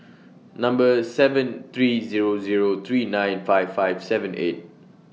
Number seven three Zero Zero three nine five five seven eight